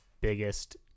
biggest